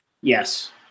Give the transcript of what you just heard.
Yes